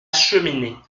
cheminée